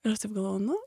ir aš taip galvoju nu